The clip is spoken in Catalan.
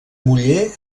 muller